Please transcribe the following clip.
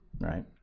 right